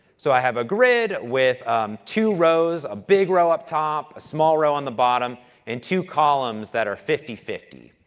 so, i have a grid with two rows, a big row up top, a small row on the bottom and two columns that have fifty fifty.